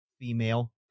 female